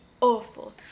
awful